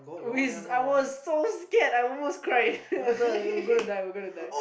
we I was so scared I almost cried I thought that we were gonna die we're gonna die